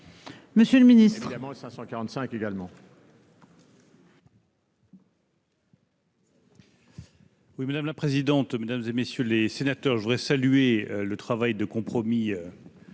Monsieur le ministre,